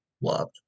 loved